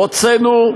הוצאנו,